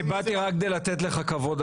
אני באתי רק כדי לתת לך כבוד.